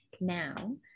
now